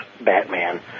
Batman